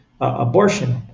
abortion